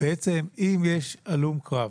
אם יש הלום קרב